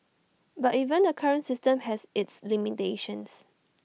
but even the current system has its limitations